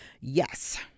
Yes